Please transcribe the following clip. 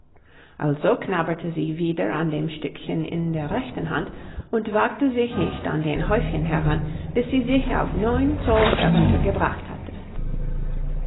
also knabberte sie wieder an dem stückchen in der rechten hand und wagte sich nicht an das häuschen heran bis sie sich auf neun zoll herunter gebracht hatte